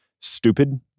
stupid